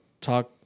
talk